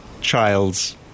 child's